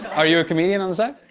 are you a comedian on the side?